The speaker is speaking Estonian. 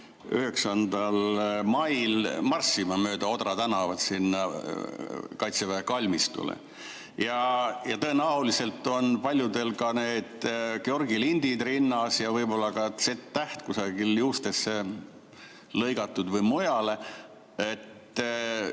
9. mail marssima mööda Odra tänavat Kaitseväe kalmistule. Tõenäoliselt on paljudel ka Georgi lindid rinnas ja võib-olla ka Z‑täht juustesse lõigatud või mujal.